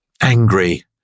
angry